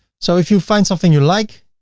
so if you find something you like.